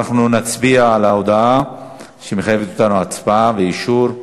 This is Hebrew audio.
אנחנו נצביע על ההודעה שמחייבת אותנו הצבעה ואישור.